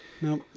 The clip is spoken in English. No